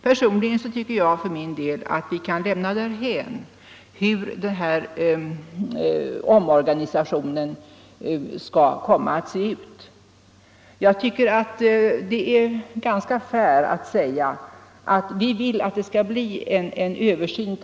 Personligen tycker jag att vi kan lämna därhän hur denna omorganisation skall komma att se ut. Jag tycker att det räcker att uttala att vi önskar en översyn av dessa frågor.